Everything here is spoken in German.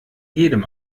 jedem